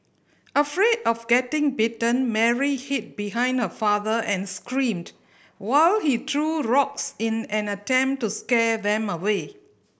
afraid of getting bitten Mary hid behind her father and screamed while he threw rocks in an attempt to scare them away